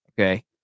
Okay